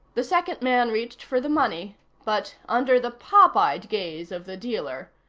the second man reached for the money but, under the popeyed gaze of the dealer,